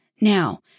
Now